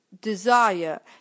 Desire